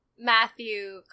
Matthew